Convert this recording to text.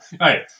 right